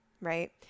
right